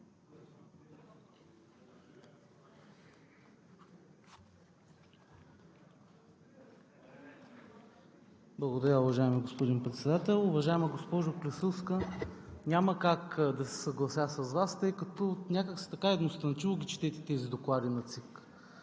Благодаря, уважаеми господин Председател. Уважаема госпожо Клисурска, няма как да се съглася с Вас, тъй като някак си така едностранчиво ги четете тези доклади на ЦИК.